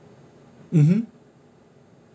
mm hmm